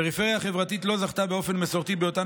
הפריפריה החברתית לא זכתה באופן מסורתי באותן